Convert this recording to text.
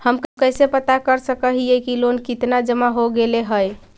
हम कैसे पता कर सक हिय की लोन कितना जमा हो गइले हैं?